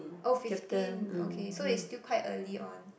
oh fifteen okay so it's still quite early on